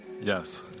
yes